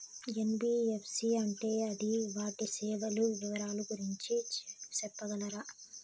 NBFC అంటే అది వాటి సేవలు వివరాలు గురించి సెప్పగలరా?